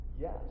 Yes